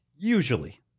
Usually